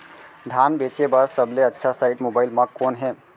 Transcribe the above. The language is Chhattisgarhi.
धान बेचे बर सबले अच्छा साइट मोबाइल म कोन हे?